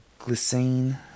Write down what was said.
glycine